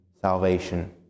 salvation